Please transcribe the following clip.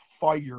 fire